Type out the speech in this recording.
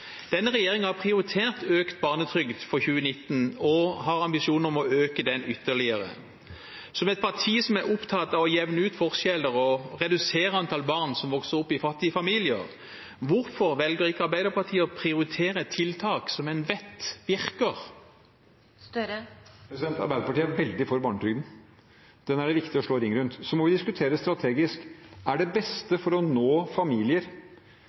Denne regjeringen har prioritert økt barnetrygd for 2019 og har ambisjon om å øke den ytterligere. Som et parti som er opptatt av å jevne ut forskjeller og redusere antallet barn som vokser opp i fattige familier – hvorfor velger ikke Arbeiderpartiet å prioritere tiltak som en vet virker? Arbeiderpartiet er veldig for barnetrygden. Den er det viktig å slå ring rundt. Så må vi diskutere strategisk: Er det beste for å nå familier,